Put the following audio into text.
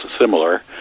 similar